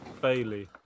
Bailey